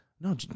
no